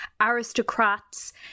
aristocrats